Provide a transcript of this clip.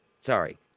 Sorry